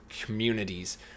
communities